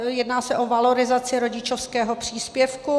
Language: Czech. Jedná se o valorizaci rodičovského příspěvku.